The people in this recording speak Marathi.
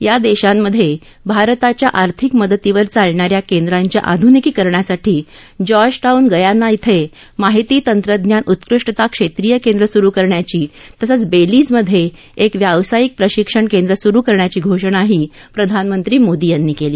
या देशांमधे भारताच्या आर्थिक मदतीवर चालणाऱ्या केंद्रांच्या आध्निकीकरणासाठी जॉर्ज टाउन गयाना इथं माहिती तंत्रज्ञान उत्कृष्टता क्षेत्रीय केंद्र सुरु करण्याची तसंच बेलीजमधे एक व्यावसायिक प्रशिक्षण केंद्र सुरु करण्याची घोषणाही प्रधानमंत्री मोदी यांनी केली